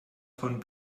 von